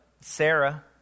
Sarah